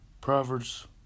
Proverbs